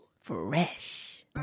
Fresh